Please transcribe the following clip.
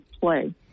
play